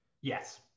Yes